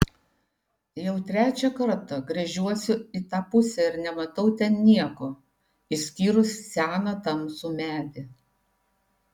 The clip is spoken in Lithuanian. jau trečią kartą gręžiuosi į tą pusę ir nematau ten nieko išskyrus seną tamsų medį